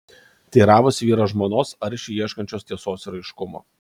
teiravosi vyras žmonos aršiai ieškančios tiesos ir aiškumo